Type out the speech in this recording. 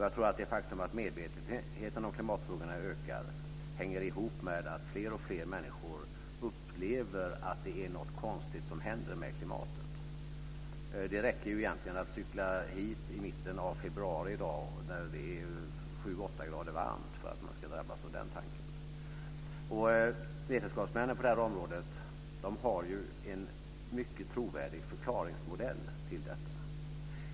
Jag tror att det faktum att medvetenheten om klimatfrågorna ökar hänger ihop med att fler och fler människor upplever att det är något konstigt som händer med klimatet. Det räcker egentligen att cykla hit i dag, en dag i februari, när det är sju åtta grader varmt för att drabbas av den tanken. Vetenskapsmän på det här området har en mycket trovärdig förklaringsmodell till detta.